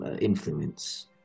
influence